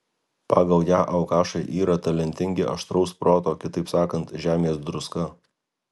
pagal ją alkašai yra talentingi aštraus proto kitaip sakant žemės druska